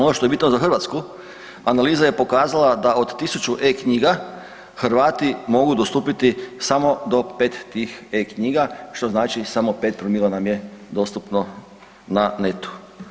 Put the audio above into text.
Ono što je bitno za Hrvatsku analiza je pokazala da od 1000 e-knjiga Hrvati mogu dostupiti samo do 5 tih e-knjiga što znači samo 5 promila nam je dostupno na netu.